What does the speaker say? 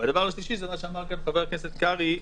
והדבר השלישי זה מה שאמר כאן חבר הכנסת קרעי.